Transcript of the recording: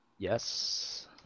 Yes